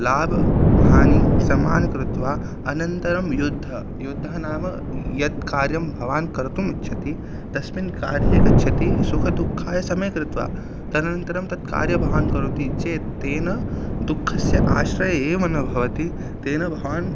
लाभः हानिः समानं कृत्वा अनन्तरं युद्धः युद्धः नाम यत् कार्यं भवान् कर्तुम् इच्छति तस्मिन् कार्ये गच्छति सुखदुःखाय समे कृत्वा तदनन्तरं तत्कार्यं भवान् करोति चेत् तेन दुःखस्य आशयः एव न भवति तेन भवान्